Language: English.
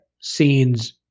scenes